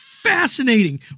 fascinating